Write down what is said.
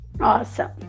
Awesome